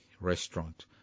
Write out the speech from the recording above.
Restaurant